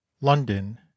London